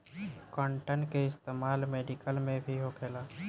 cotton के इस्तेमाल medical में भी होखेला